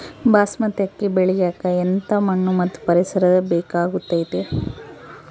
ಬಾಸ್ಮತಿ ಅಕ್ಕಿ ಬೆಳಿಯಕ ಎಂಥ ಮಣ್ಣು ಮತ್ತು ಪರಿಸರದ ಬೇಕಾಗುತೈತೆ?